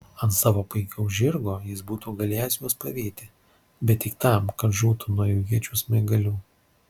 ant savo puikaus žirgo jis būtų galėjęs juos pavyti bet tik tam kad žūtų nuo jų iečių smaigalių